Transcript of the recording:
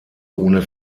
ohne